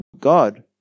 God